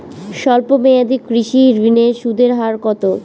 স্বল্প মেয়াদী কৃষি ঋণের সুদের হার কত?